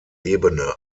ebene